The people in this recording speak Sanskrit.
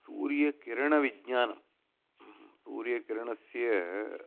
सूर्यकिरणविज्ञानं सूर्यकिरणस्य